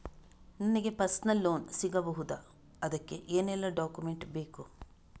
ನನಗೆ personal loan ಸಿಗಬಹುದ ಅದಕ್ಕೆ ಏನೆಲ್ಲ ಡಾಕ್ಯುಮೆಂಟ್ ಬೇಕು?